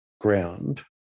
ground